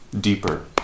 deeper